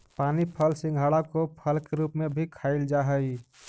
पानी फल सिंघाड़ा को फल के रूप में भी खाईल जा हई